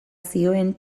zioen